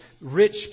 rich